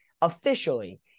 officially